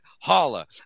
Holla